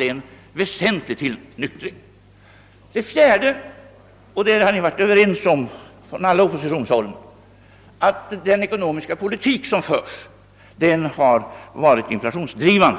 en väsentlig förändring inträtt. Den fjärde frågan — och den har man på samtliga håll inom oppositionen varit överens om — gäller att den ekonomiska politik som förts har varit inflationsdrivande.